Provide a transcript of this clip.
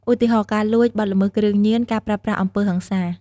ឧទាហរណ៍ ការលួច បទល្មើសគ្រឿងញៀន ការប្រើប្រាស់អំពើហិង្សា។